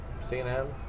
CNN